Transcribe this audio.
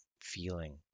feeling